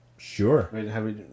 Sure